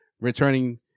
returning